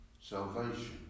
Salvation